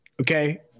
okay